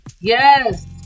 Yes